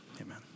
amen